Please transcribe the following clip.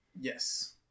Yes